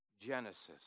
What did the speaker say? Genesis